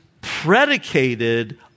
predicated